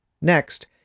Next